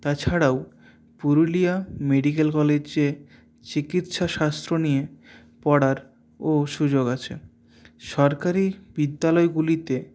তাছাড়াও পুরুলিয়া মেডিক্যাল কলেজে চিকিৎসাশাস্ত্র নিয়ে পড়ারও সুযোগ আছে সরকারি বিদ্যালয়গুলিতে